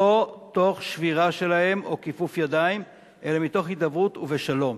לא תוך שבירה שלהם או כיפוף ידיים אלא מתוך הידברות ובשלום.